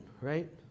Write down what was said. right